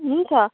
हुन्छ